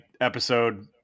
episode